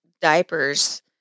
diapers